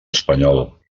espanyol